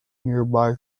nearby